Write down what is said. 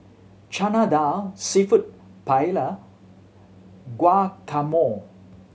Chana Dal Seafood Paella Guacamole